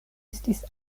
estis